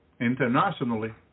internationally